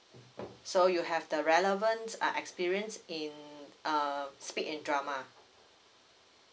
so you have the relevant uh experienced in uh speak in drama